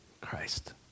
Christ